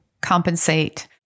compensate